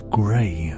grey